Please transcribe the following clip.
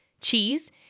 cheese